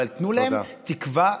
אבל תנו להם תקווה,